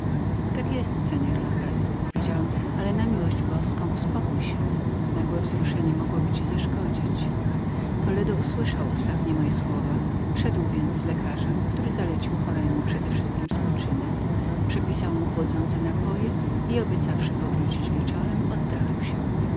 tak jest seor lopez odpowiedziałem ale przez miłość boską uspokój się nagłe wzruszenie mogłoby ci zaszkodzić toledo usłyszał ostatnie moje słowa wszedł więc z lekarzem który zalecił choremu przedewszystkiem spoczynek przepisał mu chłodzące napoje i obiecawszy powrócić wieczorem oddalił się